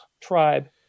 tribe